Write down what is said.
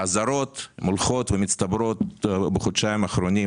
האזהרות הולכות ומצטברות בחודשיים האחרונים,